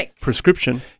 prescription